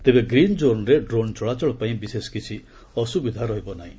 ତେବେ ଗ୍ରୀନ୍ ଜୋନ୍ରେ ଡ୍ରୋନ୍ ଚଳାଚଳ ପାଇଁ ବିଶେଷ କିଛି ଅସୁବିଧା ରହିବ ନାହିଁ